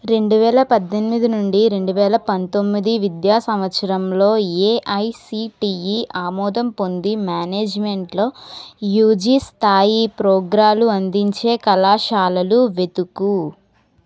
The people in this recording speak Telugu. రెండు వేల పద్దెనిమిది నుండి రెండు వేల పంతొమ్మిది విద్యా సంవత్సరంలో ఏఐసిటిఈ ఆమోదం పొంది మేనేజ్మెంట్లో యూజీ స్థాయి ప్రోగ్రాంలు అందించే కళాశాలలు వెతుకుము